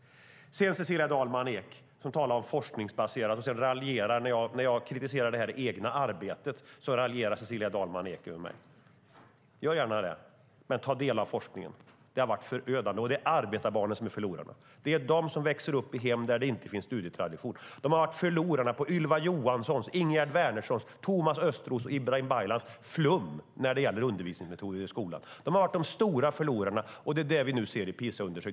Cecilia Dalman Eek talar om forskningsbaserat och raljerar sedan när jag kritiserar det egna arbetet. Gör gärna det, men ta del av forskningen. Det egna arbetet har varit förödande, och det är arbetarbarnen som är förlorarna. Det är de som växer upp i hem där det inte finns studietradition. De har varit förlorarna på Ylva Johanssons, Ingegerd Wärnerssons, Thomas Östros och Ibrahim Baylans flum när det gäller undervisningsmetoder i skolan. De har varit de stora förlorarna, och det är det vi nu ser i PISA-undersökningarna.